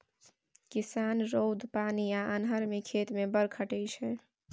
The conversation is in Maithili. किसान रौद, पानि आ अन्हर मे खेत मे बड़ खटय छै